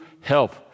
help